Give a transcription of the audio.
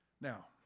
Now